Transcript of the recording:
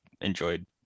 enjoyed